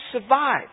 survive